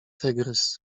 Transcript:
tygrys